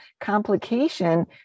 complication